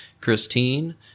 Christine